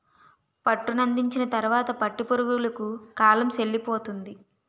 పట్టునందించిన తరువాత పట్టు పురుగులకు కాలం సెల్లిపోతుంది